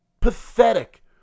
pathetic